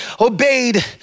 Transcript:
obeyed